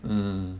mm